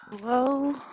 Hello